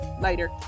later